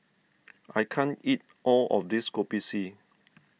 I can't eat all of this Kopi C